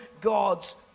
God's